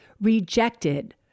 rejected